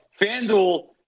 FanDuel